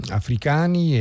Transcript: africani